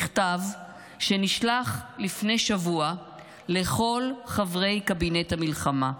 מכתב שנשלח לפני שבוע לכל חברי קבינט המלחמה.